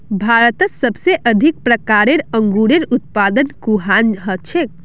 भारतत सबसे अधिक प्रकारेर अंगूरेर उत्पादन कुहान हछेक